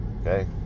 okay